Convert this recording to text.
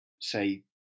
say